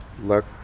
look